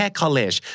college